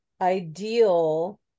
ideal